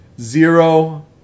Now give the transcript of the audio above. Zero